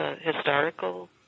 historical